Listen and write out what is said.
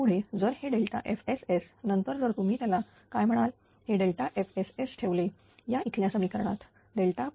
तर पुढे जर हे FSS नंतर जर तुम्ही त्याला काय म्हणाल हे FSS ठेवले या इथल्या समीकरणात pgss